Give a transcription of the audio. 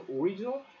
original